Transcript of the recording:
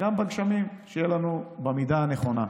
גם בגשמים, שיהיו לנו במידה הנכונה.